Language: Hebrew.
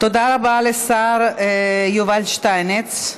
תודה רבה לשר יובל שטייניץ.